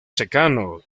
secano